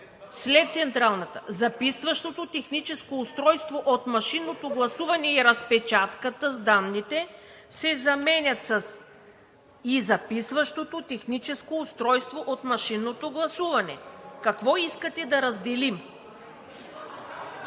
След Централната… „записващото техническо устройство от машинното гласуване и разпечатката с данните“ се заменят с „и записващото техническо устройство от машинното гласуване“. Какво искате да разделим?